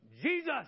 Jesus